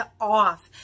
off